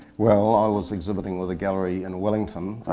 well i was exhibiting with a gallery in wellington,